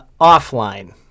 offline